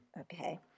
Okay